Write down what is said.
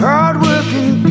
Hard-working